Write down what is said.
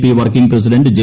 P working president J